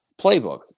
playbook